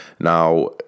Now